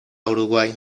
uruguay